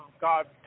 God